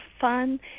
fun